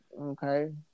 okay